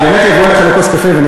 אני באמת אבוא אליך לכוס קפה ואני